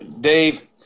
Dave